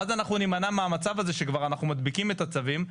ואז אנחנו נימנע מהמצב הזה שאנחנו מדביקים את הצווים,